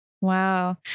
Wow